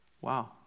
Wow